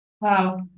wow